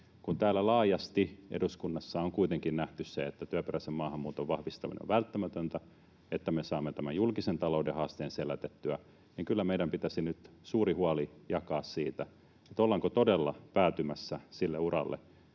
Kun täällä laajasti eduskunnassa on kuitenkin nähty se, että työperäisen maahanmuuton vahvistaminen on välttämätöntä, että me saamme tämän julkisen talouden haasteen selätettyä, niin kyllä meidän pitäisi nyt suuri huoli jakaa siitä, ollaanko todella päätymässä sille uralle,